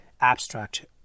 abstract